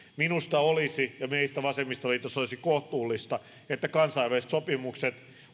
minusta ja meistä vasemmistoliitossa olisi kohtuullista että kansainväliset sopimukset